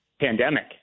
pandemic